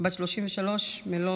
בת 33 מלוד,